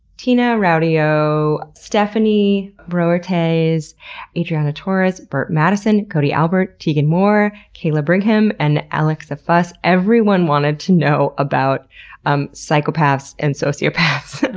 tina rautio, stephanie broertjes, adriana torres, berit maddison, cody albert, tegan moore, kayla brigham, and alexa fuss, everyone wanted to know about um psychopaths and sociopaths.